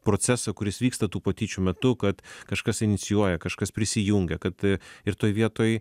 procesą kuris vyksta tų patyčių metu kad kažkas inicijuoja kažkas prisijungia kad ir toj vietoj